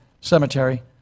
cemetery